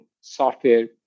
software